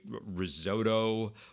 risotto